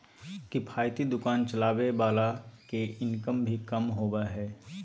किफायती दुकान चलावे वाला के इनकम भी कम होबा हइ